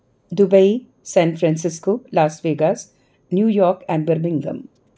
Dubai San Francisco Las Vegas New York and Burlingame